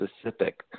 specific